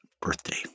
birthday